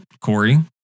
Corey